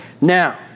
Now